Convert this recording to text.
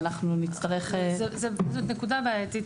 ואנחנו נצטרך --- זאת נקודה בעייתית,